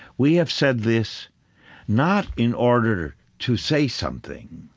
we have said this not in order to say something,